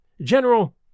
General